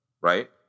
right